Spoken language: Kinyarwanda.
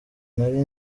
nari